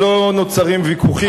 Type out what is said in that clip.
אז לא נוצרים ויכוחים.